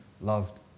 loved